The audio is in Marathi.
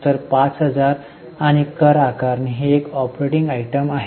तर 5000 आणि कर आकारणी ही एक ऑपरेटिंग आयटम आहे